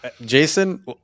Jason